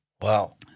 Wow